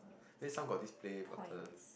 then some got this play button